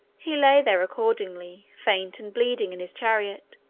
he lay there, accordingly, faint and bleeding in his chariot,